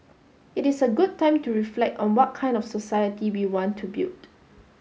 it is a good time to reflect on what kind of society we want to build